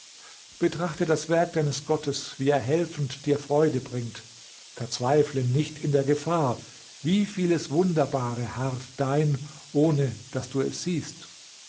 betrachte das werk deines gottes wie er helfend dir freude bringt verzweifle nicht in der gefahr wie vieles wunderbare harrt dein ohne daß du es siehst